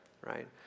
right